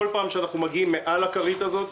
בכל פעם שאנחנו מגיעים מעל הכרית הזאת,